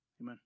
Amen